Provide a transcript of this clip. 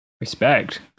Respect